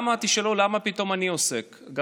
תשאלו למה פתאום אני עוסק בזה,